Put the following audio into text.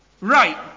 Right